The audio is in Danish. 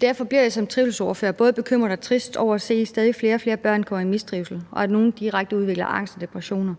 Derfor bliver jeg som trivselsordfører både bekymret og trist over at se, at stadig flere og flere børn går i mistrivsel, og at nogle direkte udvikler angst og depressioner.